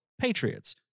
Patriots